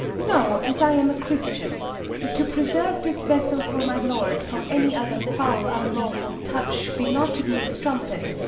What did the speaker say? no, as i am a christian if to preserve this vessel for my lord from any other foul unlawful touch be not to be a strumpet,